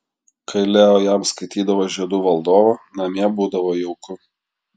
kai leo jam skaitydavo žiedų valdovą namie būdavo jauku